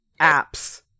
apps